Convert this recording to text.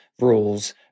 rules